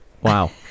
Wow